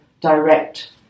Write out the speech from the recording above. direct